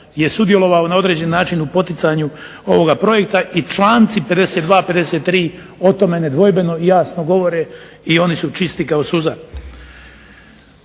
je sudjelovao na određeni način u poticanju ovog projekta i članci 52. i 53. o tome nedvojbeno i jasno govore i oni su čisti kao suza.